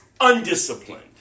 undisciplined